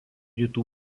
rytų